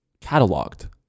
cataloged